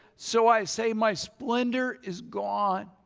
so i say my splendor is gone.